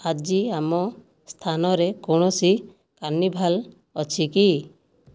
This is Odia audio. ଆଜି ଆମ ସ୍ଥାନରେ କୌଣସି କାର୍ନିଭାଲ୍ ଅଛି କି